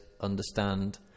understand